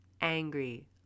angry